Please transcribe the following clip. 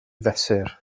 fesur